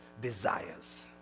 desires